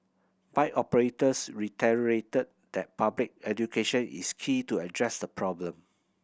bike operators that public education is key to address the problem